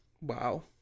Wow